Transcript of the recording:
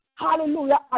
Hallelujah